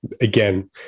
again